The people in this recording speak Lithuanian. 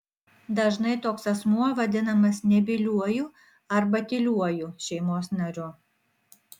dažnai toks asmuo vadinamas nebyliuoju arba tyliuoju šeimos nariu